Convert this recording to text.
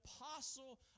apostle